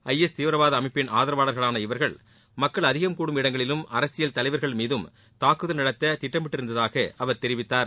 IS தீவிரவாத அமைப்பிள் ஆதரவாளர்களான இவர்கள் மக்கள் அதிகம் கூடும் இடங்களிலும் அரசியல் தலைவர்கள் மீதும் தாக்குதல் நடத்த திட்டமிட்டிருந்ததாக அவர் தெரிவித்தார்